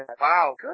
Wow